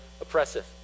oppressive